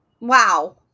Wow